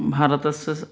भारतस्य